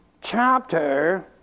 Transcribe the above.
chapter